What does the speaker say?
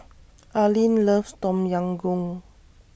Arlyn loves Tom Yam Goong